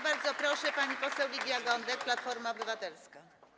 Bardzo proszę, pani poseł Lidia Gądek, Platforma Obywatelska.